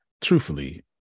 truthfully